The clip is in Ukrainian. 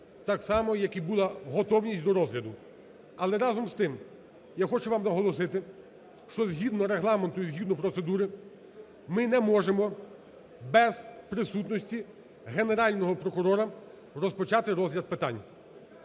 так само, як і була готовність до розгляду. Але разом з тим я хочу вам наголосити, що згідно Регламенту і згідно процедури ми не можемо без присутності Генерального прокурора розпочати розгляд питань,